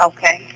Okay